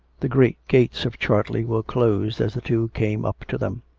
the great gates of chartley were closed as the two came up to them.